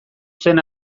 zen